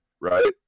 right